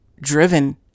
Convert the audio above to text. driven